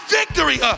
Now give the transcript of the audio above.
victory